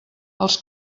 els